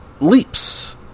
leaps